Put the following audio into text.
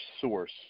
source